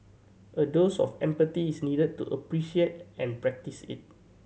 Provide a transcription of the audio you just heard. a dose of empathy is needed to appreciate and practice it